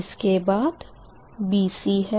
इसके बाद BC है